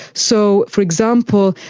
so, for example,